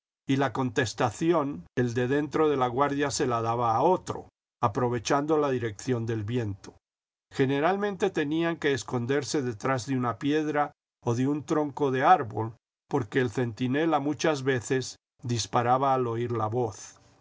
y la contestación el de dentro de laguardia se la daba a otro aprovechando la dirección del viento generalmente tenían que esconderse detrás de una piedra o de un tronco de árbol porque el centinela muchas veces disparaba al oir la voz